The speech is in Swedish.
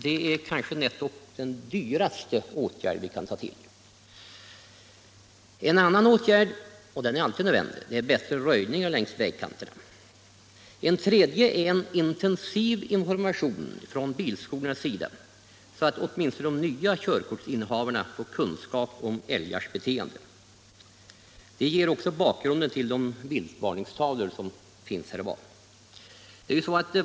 Det är kanske nättopp den dyraste åtgärden vi kan ta till. En annan åtgärd — och den är alltid nödvändig — är bättre röjning längs vägkanterna. En tredje är en intensiv information från bilskolornas sida, så att åtminstone de nya körkortsinnehavarna får kunskap om älgars beteende. Därmed kan en bakgrund ges åt de viltvarningstavlor som finns här och var.